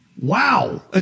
Wow